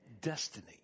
destiny